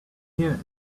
here